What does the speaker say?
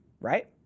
right